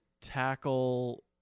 tackle